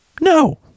no